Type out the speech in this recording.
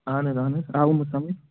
اہَن حظ اَہن حظ آوُم حظ سَمٕجھ